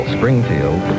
Springfield